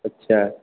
अच्छा